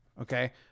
Okay